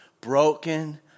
broken